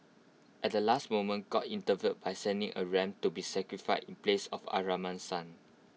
at the last moment God intervened by sending A ram to be sacrificed in place of Abraham's son